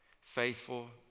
faithful